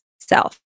self